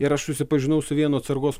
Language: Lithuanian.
ir aš susipažinau su vienu atsargos